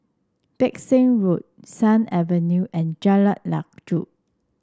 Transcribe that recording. Pang Seng Road Sut Avenue and Jalan Lanjut